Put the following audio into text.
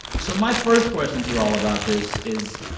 so my first question to you all about this is,